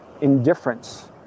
indifference